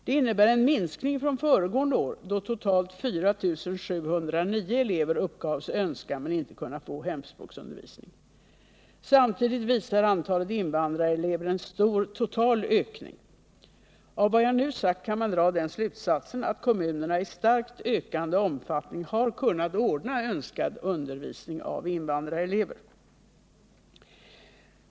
Det innebär en minskning från föregående år då totalt 4 709 elever uppgavs önska men inte kunde få hemspråksundervisning. Samtidigt visar antalet invandrarelever en stor total ökning. Av vad jag nu sagt kan man dra den slutsatsen att kommunerna i starkt ökande omfattning har kunnat ordna önskad undervisning av invandrarelever.